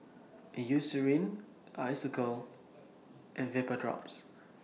Eucerin Isocal and Vapodrops